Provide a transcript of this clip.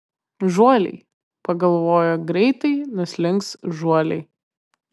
žuoliai pagalvojo greitai nuslinks žuoliai